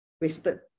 wasted